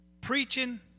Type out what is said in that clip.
preaching